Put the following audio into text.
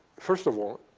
first of all,